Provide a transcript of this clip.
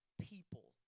people